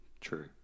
True